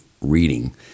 reading